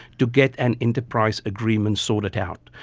to get an enterprise agreement sorted out.